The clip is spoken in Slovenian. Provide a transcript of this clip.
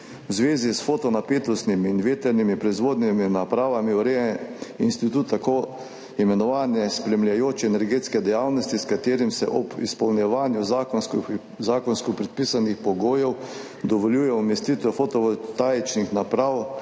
V zvezi s fotonapetostnimi in vetrnimi proizvodnimi napravami ureja institut tako imenovane spremljajoče energetske dejavnosti, s katerimi se ob izpolnjevanju zakonsko predpisanih pogojev dovoljuje umestitev fotovoltaičnih naprav